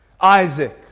Isaac